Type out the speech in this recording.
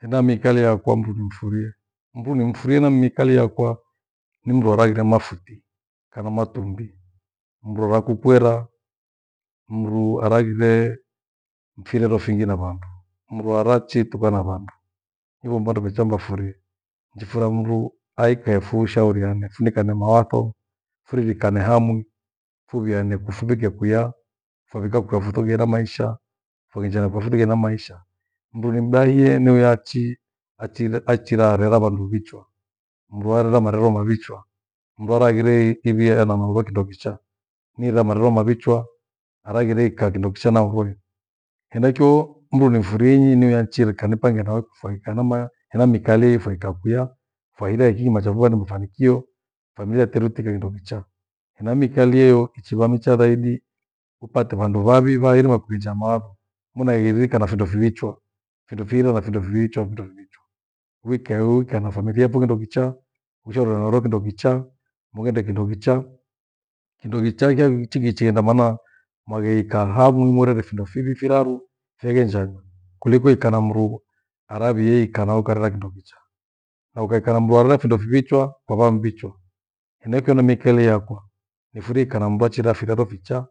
Hena miikalie yakwa mdu nimfurie. Mndu nimfurie na miikalie yakwa ni mndu araghire mafuti kana matumbi. Mndu arakukwera, mndu araghiree mfirero fingi na vandu. Mndu arachi tuka na vandu ivo mbo ndema chamba furie. Njifura mndu aikae fushauriane funikane mawatho furirikane hamwi fuviane kufugika kuya, favika kutafugiana maisha foghenja kwafutighe ena maisha. Mndu ni mdahie ni wia achi- achire- achiraru era vandu vichwa, mndu arera marero mavichwa, mndu araghire ivi- ena mawatho kindo kicha nira marero mavichwa haraghire ikaa kindo kicha na mvure. Henaicho mndu nimfurie inyi niwe achirika nipage nawe kufaika namaya hena mikalia ipho ikakwiya faida yaki machafuko na mafanikio familia teru tikae kindo kicha. Hena mikalia hiyo ichiva micha zaidi upate vandu vavi vairima kughenja mawatho, munahirika na findo fiwichwa findo fira na findo viwichwa- findo viwichwa. Uikae uika na familia yapho kindo kicha, ushauriwa na wana wo kindo kichaa, mughende kindo kichaa. Kindo kichaa kya- ki- kichighenda maana mwagheikaa hamwi murere vindo fiwi, firaru, feghenja kuliko ikaa na mndu aravie ikaa nawe ukarera kindo kicha. Na ukaikaa na mndu arera findo fiwichwa kwava mbichwa, henaicho hena mikaliye yakwa nifurie ikaa na mndu achira firaru fichaa